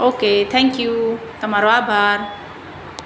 okay thank you તમારો આભાર